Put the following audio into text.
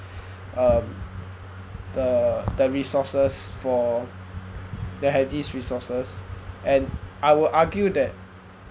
um the the resources for that had these resources and I will argue that